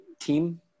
team